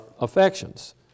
affections